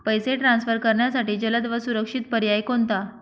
पैसे ट्रान्सफर करण्यासाठी जलद व सुरक्षित पर्याय कोणता?